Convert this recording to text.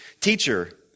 Teacher